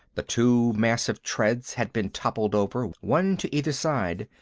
the two massive treads had been toppled over, one to either side.